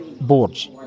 boards